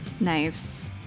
Nice